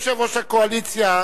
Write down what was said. יושב-ראש הקואליציה,